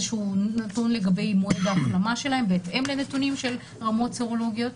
שהוא נתון לגבי מועד ההחלמה שלהם בהתאם לנתונים של רמות סרולוגיות.